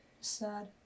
Sad